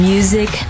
Music